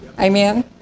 amen